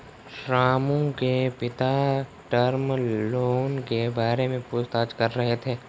रामू के पिता term loan के बारे में पूछताछ कर रहे थे